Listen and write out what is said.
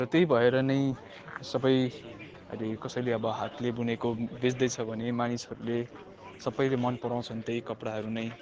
र त्यही भएर नै सबै अहिले कसैले अब हातले बुनेको बेच्दैछ भने मानिसहरूले सबैले मनपराउँछन् त्यही कपडाहरू नै